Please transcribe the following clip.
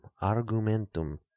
argumentum